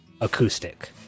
acoustic